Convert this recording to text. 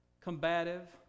combative